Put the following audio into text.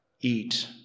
eat